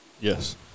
Yes